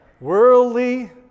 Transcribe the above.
Worldly